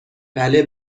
بله